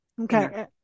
Okay